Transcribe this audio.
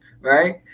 right